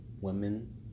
women